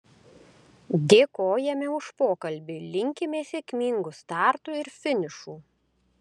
dėkojame už pokalbį linkime sėkmingų startų ir finišų